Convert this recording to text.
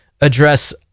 address